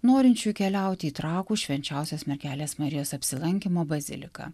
norinčių keliauti į trakų švenčiausios mergelės marijos apsilankymo baziliką